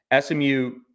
SMU